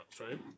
right